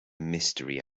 mystery